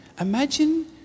Imagine